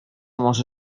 może